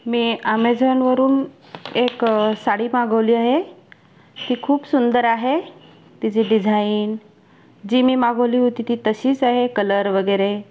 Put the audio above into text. मी आमेझाॅनवरून एक साडी मागवली आहे ती खूप सुंदर आहे तिची डिझाईन जी मी मागवली होती ती तशीच आहे कलर वगैरे